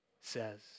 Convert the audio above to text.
says